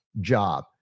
job